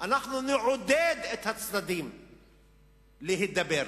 אנחנו נעודד את הצדדים להידבר.